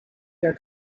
their